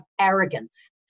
arrogance